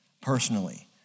personally